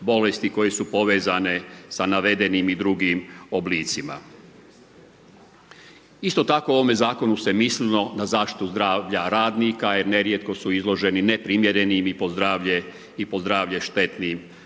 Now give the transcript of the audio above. bolesti koje su povezane sa navedenim i drugim oblicima. Isto tako u ovome zakonu se mislilo na zaštitu zdravlja radnika jer nerijetko su izloženi neprimjerenim i po zdravlje štetnim uvjetima